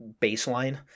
baseline